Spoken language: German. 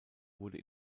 wurde